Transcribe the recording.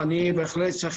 יו"ר סיעה,